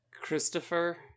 Christopher